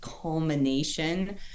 culmination